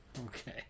okay